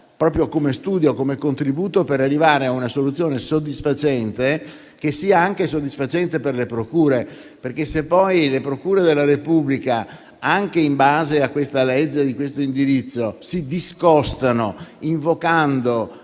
proprio come studio e contributo per arrivare a una soluzione soddisfacente, che lo sia anche per le procure, perché se poi le procure della Repubblica, anche in base a questa legge e a questo indirizzo, si discostano, invocando